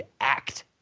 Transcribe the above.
act